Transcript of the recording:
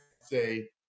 say